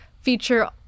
feature